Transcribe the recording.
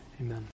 Amen